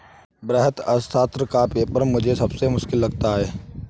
वृहत अर्थशास्त्र का पेपर मुझे सबसे मुश्किल लगता है